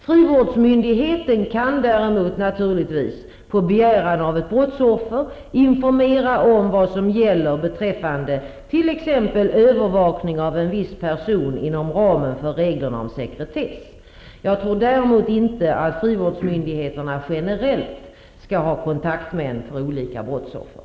Frivårdsmyndigheten kan däremot naturligvis, på begäran av ett brottsoffer, informera om vad som gäller beträffande t.ex. övervakningen av en viss person inom ramen för reglerna om sekretess. Jag tror däremot inte att frivårdsmyndigheterna generellt skall ha kontaktmän för olika brottsoffer.